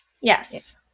Yes